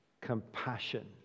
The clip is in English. compassion